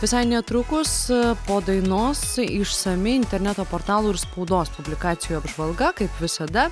visai netrukus po dainos išsami interneto portalų ir spaudos publikacijų apžvalga kaip visada